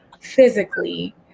physically